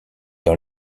dans